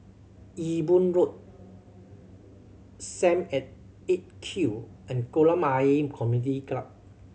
Ewe Boon Road Sam at Eight Q and Kolam Ayer Community Club